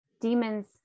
demons